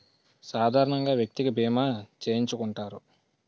సాధారణంగా వ్యక్తికి బీమా చేయించుకుంటారు